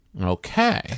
Okay